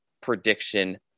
prediction